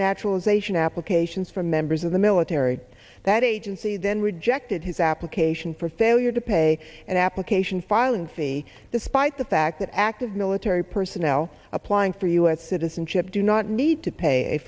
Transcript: naturalization applications for members of the military that agency then rejected his application for failure to pay an application filing fee despite the fact that active military personnel applying for u s citizenship do not need to pay a